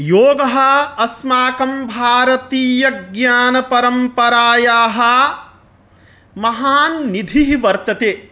योगः अस्माकं भारतीयज्ञानपरम्परायाः महान् निधिः वर्तते